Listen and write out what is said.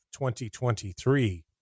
2023